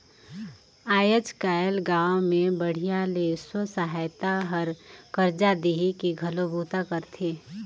आयज कायल गांव मे बड़िहा ले स्व सहायता हर करजा देहे के घलो बूता करथे